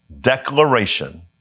Declaration